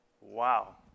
Wow